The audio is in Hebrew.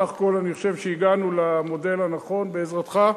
בסך הכול אני חושב שהגענו למודל הנכון בעזרתך,